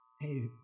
Hey